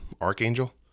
archangel